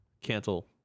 cancel